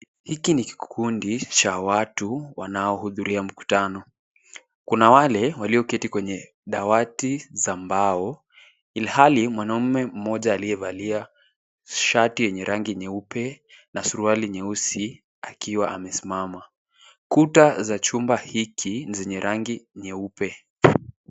Hiki ni kikundi cha watu wanaohudhuria mkutano. Kuna wale walioketi kwenye dawati za mbao ilhali mwanaume mmoja aliyevalia shati yenye rangi nyeupe na suruali nyeusi akiwa amesimama. Kuta za chumba hiki ni zenye rangi nyeupe.